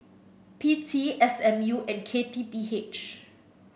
P T S M U and K T P H